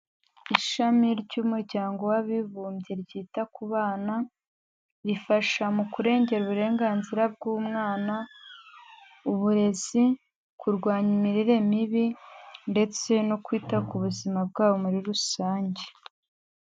Ishami ry'umuryango w'abibumbye ryita ku bana, rifasha mu kurengera uburenganzira bw'umwana, uburezi, kurwanya imirire mibi ndetse no kwita ku buzima bwabo muri rusange.